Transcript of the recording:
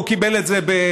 הוא קיבל את זה במעבר,